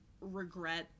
regret